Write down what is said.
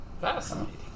Fascinating